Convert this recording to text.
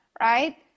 Right